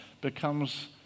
becomes